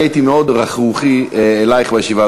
אני הייתי מאוד רכרוכי אלייך בישיבה,